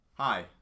Hi